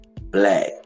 black